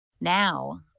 now